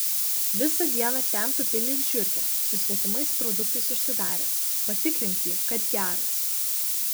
visą dieną ten tupi lyg žiurkė su svetimais produktais užsidaręs patikrink jį kad geras